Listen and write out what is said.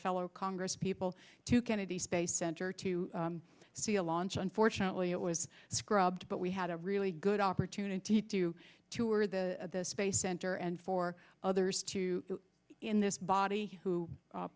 fellow congress people to kennedy space center to see a launch unfortunately it was scrubbed but we had a really good opportunity to tour the space center and for others to in this body who